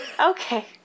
Okay